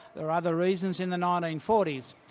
there were other reasons in the nineteen forty s.